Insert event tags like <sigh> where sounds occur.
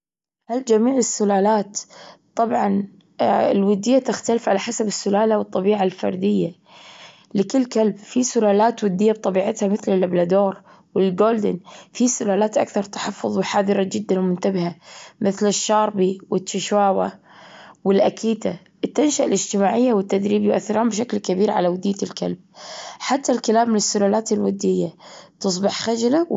هل جميع السلالات؟ طبعًا <hesitation> الودية تختلف على حسب السلالة والطبيعة الفردية لكل كلب، في سلالات ودية بطبيعتها مثل اللابرادور والجولدن. في سلالات أكثر تحفظ وحذرة جدًا ومنتبهة مثل الشاربي والشيواواة والأكيتا. التنشئة الاجتماعية والتدريب يؤثران بشكل كبير على ودية الكلب، حتى الكلاب من السلالات الودية تصبح خجلة و